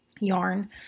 yarn